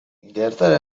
gertaera